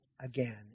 again